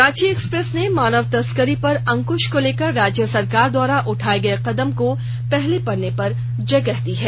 Ranchi express ने मानव तस्करी पर अंकु ा को लेकर राज्य सरकार द्वारा उठाये गये कदम को पहले पन्ने पर जगह दी है